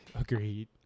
Agreed